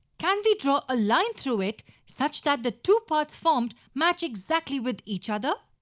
can we draw a line through it, such that the two parts formed match exactly with each other?